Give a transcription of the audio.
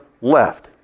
left